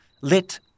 lit